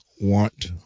want